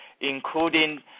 including